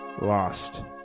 lost